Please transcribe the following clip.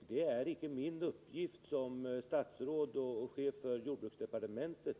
Det är Måndagen den icke min uppgift som statsråd och chef för jordbruksdepartementet